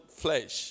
flesh